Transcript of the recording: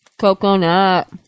Coconut